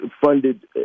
funded